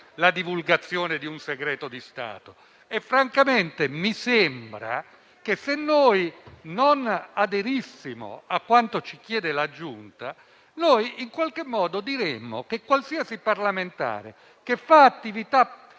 la divulgazione di un segreto d'ufficio. E francamente mi sembra che se non aderissimo a quanto ci chiede la Giunta, in qualche modo sosterremmo che qualsiasi parlamentare che svolge attività